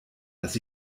dass